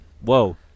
Whoa